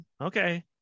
Okay